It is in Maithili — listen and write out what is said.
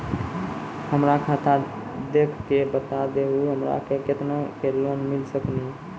हमरा खाता देख के बता देहु हमरा के केतना के लोन मिल सकनी?